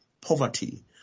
poverty